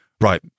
right